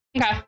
Okay